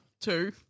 two